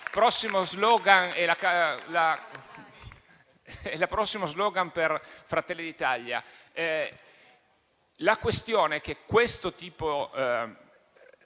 il prossimo slogan per Fratelli d'Italia. La questione è che questo tipo